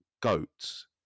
goats